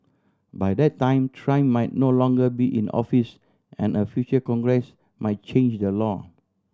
by that time Trump might no longer be in office and a future Congress might change the law